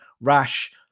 rash